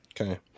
okay